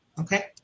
okay